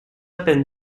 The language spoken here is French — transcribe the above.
peine